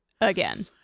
again